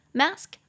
，mask